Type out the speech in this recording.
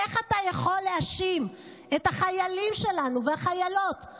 איך אתה יכול להאשים את החיילים והחיילות שלנו,